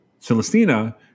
Celestina